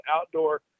outdoor